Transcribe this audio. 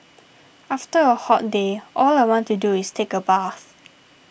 after a hot day all I want to do is take a bath